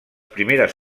primeres